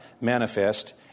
manifest